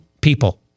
people